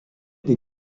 des